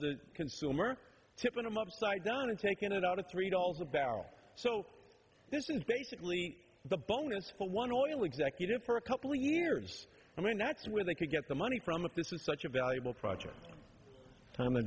the consumer tipping them upside down and taking it out of three dollars a barrel so this is basically the bonus for one oil executive for a couple years i mean that's where they could get the money from if this was such a valuable project time a